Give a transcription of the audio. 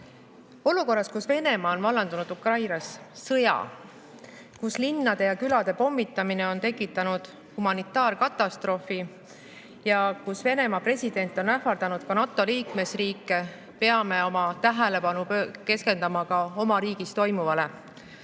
Olukorras, kus Venemaa on vallandanud Ukrainas sõja, kus linnade ja külade pommitamine on tekitanud humanitaarkatastroofi ja kus Venemaa president on ähvardanud ka NATO liikmesriike, peame tähelepanu keskendama ka oma riigis toimuvale.